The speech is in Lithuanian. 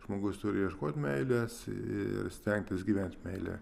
žmogus turi ieškoti meilės ir stengtis gyventi meile